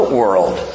world